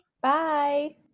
Bye